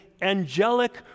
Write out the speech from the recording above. Angelic